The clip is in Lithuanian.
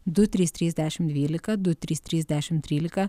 du trys trys dešim dvylika du trys trys dešim trylika